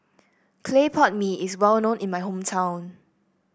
Clay Pot Mee is well known in my hometown